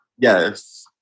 Yes